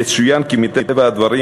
יצוין כי מטבע הדברים,